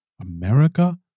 America